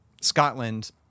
Scotland